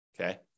okay